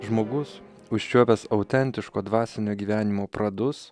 žmogus užčiuopęs autentiško dvasinio gyvenimo pradus